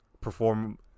perform